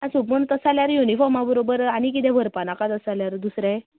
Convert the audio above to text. आं तशें जाल्या यूनिफॉमा बरोबर आनी किदें वरपाक नाका तश जाल्या दूसरे